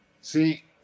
See